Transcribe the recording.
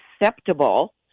acceptable